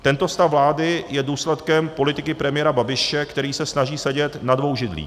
Tento stav vlády je důsledkem politiky premiéra Babiše, který se snaží sedět na dvou židlích.